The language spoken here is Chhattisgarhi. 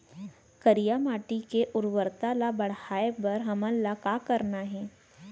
करिया माटी के उर्वरता ला बढ़ाए बर हमन ला का करना हे?